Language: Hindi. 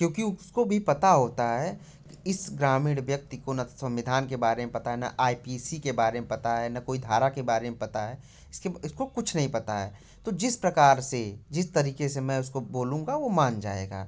क्योंकि उसको भी पता होता है इस ग्रामीण व्यक्ति को ना तो संविधान के बारे में पता है ना आई पी सी के बारे में ना कोई धारा के बारे में पता है इसके इसको कुछ नहीं पता है तो जिस प्रकार से जिस तरीके से मैं उसको बोलूँगा वो मान जाएगा